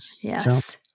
Yes